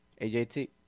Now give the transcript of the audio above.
AJT